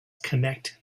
connect